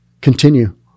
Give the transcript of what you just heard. continue